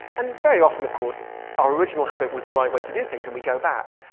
and very often, of course, our original habit was the right way to do things and we go back.